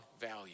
value